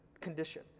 condition